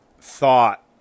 thought